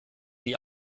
die